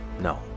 No